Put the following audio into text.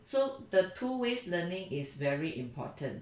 so the two ways learning is very important